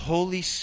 Holy